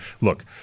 look